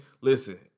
Listen